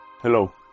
Hello